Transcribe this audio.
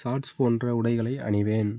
shorts போன்ற உடைகளை அணிவேன்